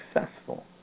successful